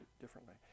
differently